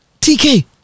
TK